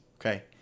Okay